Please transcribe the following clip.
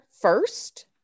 first